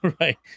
right